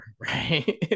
right